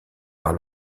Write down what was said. par